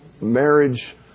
marriage